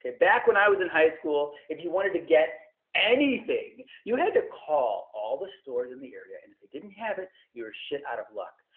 back when i was in high school, if you wanted to get anything, you had to call all the stores in the area and if they didn't have it, you were shit out of luck.